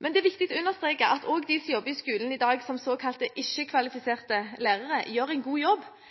Men det er viktig å understreke at også de som jobber i skolen i dag som såkalte ikke-kvalifiserte lærere, gjør en god jobb,